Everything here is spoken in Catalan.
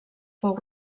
fou